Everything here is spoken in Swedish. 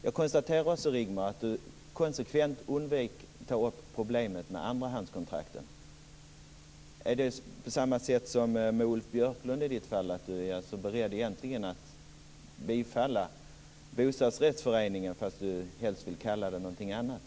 Jag konstaterar att Rigmor Ahlstedt konsekvent undviker att ta upp problemet med andrahandskontrakt. Är det på samma sätt med Rigmor Ahlstedt som med Ulf Björklund, dvs. att Rigmor Ahlstedt egentligen är beredd att bifalla bostadsrättsföreningen men att hon helst vill ha en annan benämning?